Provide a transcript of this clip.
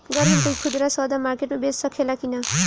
गर हम कोई खुदरा सवदा मारकेट मे बेच सखेला कि न?